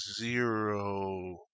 zero